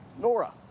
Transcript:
Nora